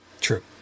True